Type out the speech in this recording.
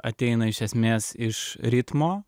ateina iš esmės iš ritmo